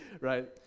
Right